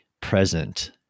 present